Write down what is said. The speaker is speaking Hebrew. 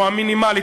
או המינימלית,